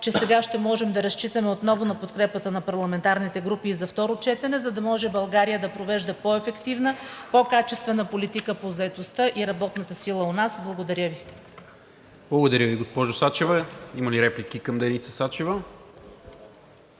че сега ще можем да разчитаме отново на подкрепата на парламентарните групи и за второ четене, за да може България да провежда по-ефективна, по-качествена политика по заетостта и работната сила у нас. Благодаря Ви. ПРЕДСЕДАТЕЛ НИКОЛА МИНЧЕВ: Благодаря Ви, госпожо Сачева. Има ли реплики към Деница Сачева?